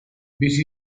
bizi